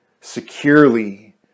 securely